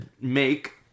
make